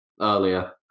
earlier